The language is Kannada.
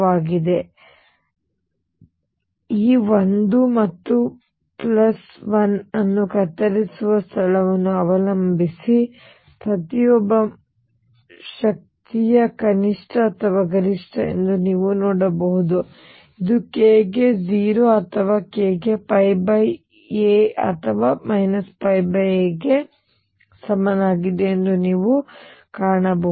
ಆದ್ದರಿಂದ ಈ 1 ಮತ್ತು ಪ್ಲಸ್ 1 ಅನ್ನು ಕತ್ತರಿಸುವ ಸ್ಥಳವನ್ನು ಅವಲಂಬಿಸಿ ಪ್ರತಿಯೊಬ್ಬ ಮನುಷ್ಯನ ಶಕ್ತಿಯು ಕನಿಷ್ಠ ಅಥವಾ ಗರಿಷ್ಠ ಎಂದು ನೀವು ನೋಡಬಹುದು ಮತ್ತು ಇದು k ಗೆ 0 ಅಥವಾ k ಗೆ a ಅಥವಾ π a ಗೆ ಸಮನಾಗಿದೆ ಎಂದು ನೀವು ಕಾಣಬಹುದು